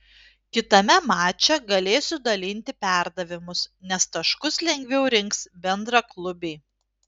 kitame mače galėsiu dalinti perdavimus nes taškus lengviau rinks bendraklubiai